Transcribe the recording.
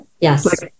Yes